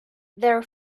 their